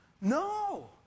no